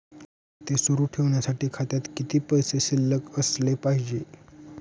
खाते सुरु ठेवण्यासाठी खात्यात किती पैसे शिल्लक असले पाहिजे?